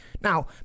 Now